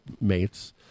mates